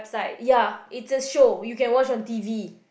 ya it's a show you can watch on t_v